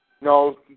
No